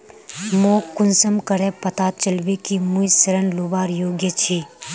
मोक कुंसम करे पता चलबे कि मुई ऋण लुबार योग्य छी?